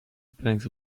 spellings